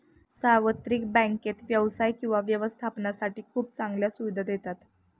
सार्वत्रिक बँकेत व्यवसाय किंवा व्यवस्थापनासाठी खूप चांगल्या सुविधा देतात